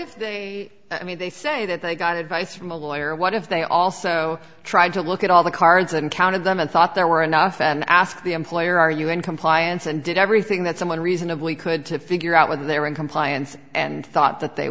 if they i mean they say that they got advice from a lawyer what if they also tried to look at all the cards and counted them and thought there were enough and asked the employer are you in compliance and did everything that someone reasonably could to figure out whether they were in compliance and thought that they